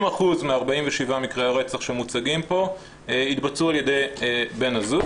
כ- 30% מ- 47 מקרי הרצח שמוצגים פה התבצעו על ידי בן הזוג,